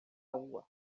rua